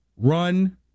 Run